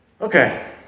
Okay